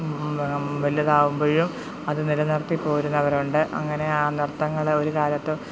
വലുതാകുമ്പോഴും അത് നിലനിർത്തി പോരുന്നവരുണ്ട് അങ്ങനെ ആ നൃത്തങ്ങളെ ഒരു കാലത്തും